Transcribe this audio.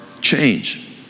change